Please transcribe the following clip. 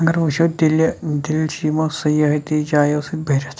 اگر وٕچھو دِلہِ دِلہِ چھِ یِمو سیٲحتی جایو سۭتۍ بٔرِتھ